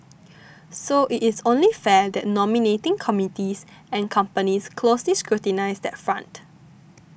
so it is only fair that nominating committees and companies closely scrutinise that front